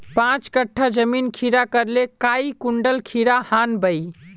पाँच कट्ठा जमीन खीरा करले काई कुंटल खीरा हाँ बई?